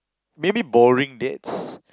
maybe boring dates